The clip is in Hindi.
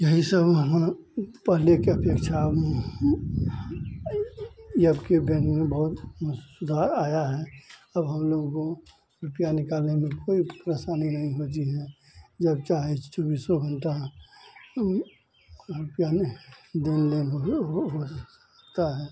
यही सब वहाँ पहले की अपेक्षा अबकी बैंक में बहुत सुधार आया है अब हमलोगों को रुपया निकालने में कोई परेशानी नहीं होती है जब चाहे चौबीसों घन्टा रुपया में देन लेन हो सकता है